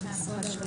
מסודר.